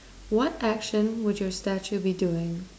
what action would your statue be doing